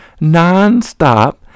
nonstop